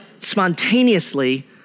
spontaneously